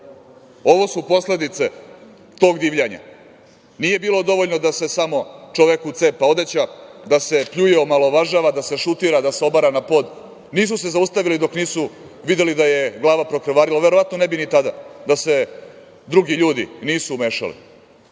Ovo su posledice tog divljanja. Nije bilo dovoljno da se samo čoveku cepa odeća, da se pljuje i omalovažava, da se šutira, da se obara na pod, nisu se zaustavili dok nisu videli da je glava prokrvarila, verovatno ne bi ni tada da se drugi ljudi nisu umešali.